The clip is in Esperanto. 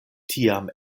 tiam